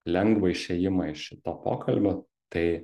lengvą išėjimą iš šito pokalbio tai